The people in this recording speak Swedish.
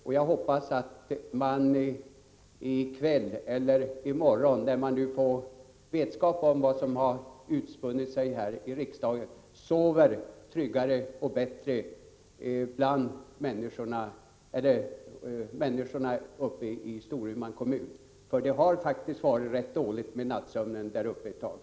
Och jag hoppas att människorna uppe i Storumans kommun, när de i kväll eller i morgon får vetskap om vad som har utspunnit sig häri riksdagen, kan sova tryggare och bättre — för det har faktiskt varit rätt dåligt med nattsömnen där uppe ett tag.